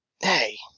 Hey